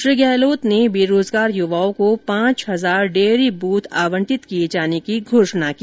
श्री गहलोत ने बेरोजगार युवाओं को पांच हजार डेयरी बूथ आवंटित किए जाने की घोषणा की